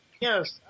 Yes